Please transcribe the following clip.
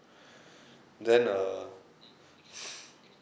then uh